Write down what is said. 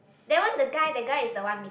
that one the guy the guy is the one meet